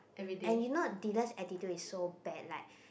and you know Dylan attitude is so bad like